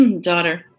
daughter